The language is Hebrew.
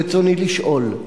רצוני לשאול: